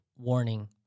Warning